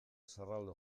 zerraldo